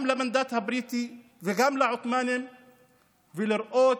גם למנדט הבריטי וגם לעות'מאנים ולראות